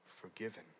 forgiven